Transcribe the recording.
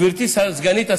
גברתי סגנית השר,